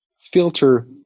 filter